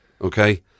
okay